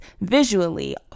visually